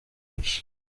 watch